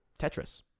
tetris